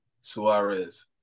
Suarez